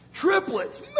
Triplets